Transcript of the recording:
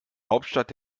hauptstadt